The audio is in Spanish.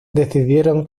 decidieron